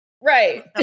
Right